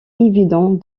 évident